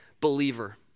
believer